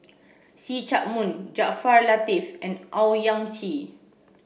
See Chak Mun Jaafar Latiff and Owyang Chi